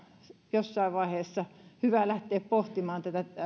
jossain vaiheessa hyvä lähteä pohtimaan tätä